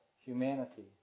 humanity